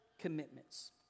commitments